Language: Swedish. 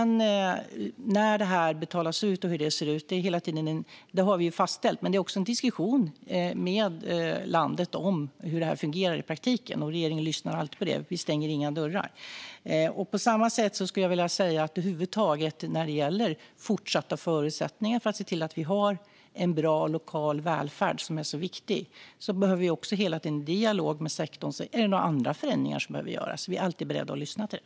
När det här betalas ut och hur det ser ut har vi fastställt, men det är också en diskussion med landet om hur det fungerar i praktiken. Det lyssnar regeringen alltid på. Vi stänger inga dörrar. När det gäller fortsatta förutsättningar för att se till att vi har en bra lokal välfärd, som är så viktig, behöver vi också hela tiden i dialog med sektorn se om några andra förändringar behöver göras. Vi är alltid beredda att lyssna på det.